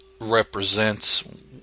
represents